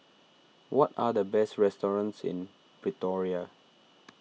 what are the best restaurants in Pretoria